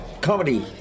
comedy